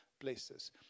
places